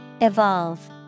Evolve